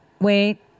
wait